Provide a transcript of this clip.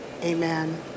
amen